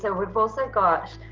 so we've also got